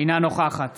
אינה נוכחת